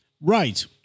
Right